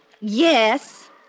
Yes